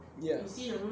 ya